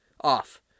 off